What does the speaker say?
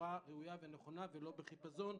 בצורה ראויה ונכונה ולא בחיפזון.